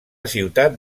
ciutat